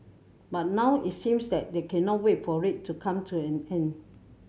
but now it seems they they cannot wait for it to come to an end